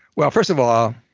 well, first of all,